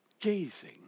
gazing